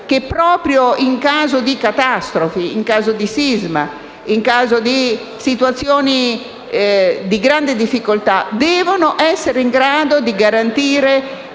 che, proprio in caso di catastrofi, di sisma, di situazioni di grande difficoltà, devono essere in grado di garantire